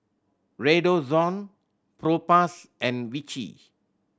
Redoxon Propass and Vichy